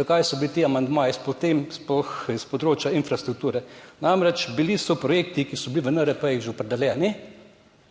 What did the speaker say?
zakaj so bili ti amandmaji potem sploh s področja infrastrukture. Namreč bili so projekti, ki so bili v NRP že opredeljeni,